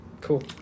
Cool